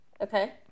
Okay